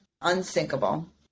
Unsinkable